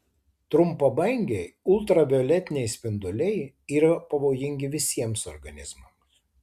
trumpabangiai ultravioletiniai spinduliai yra pavojingi visiems organizmams